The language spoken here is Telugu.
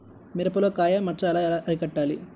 మిరపలో కాయ మచ్చ ఎలా అరికట్టాలి?